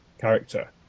character